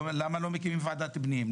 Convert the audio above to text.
למה לא מקימים ועדת פנים?